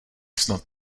snad